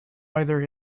either